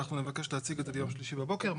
נבקש להציג עד יום שלישי בבוקר.